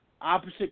opposite